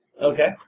Okay